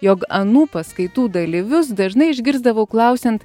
jog anų paskaitų dalyvius dažnai išgirsdavau klausiant